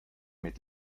mit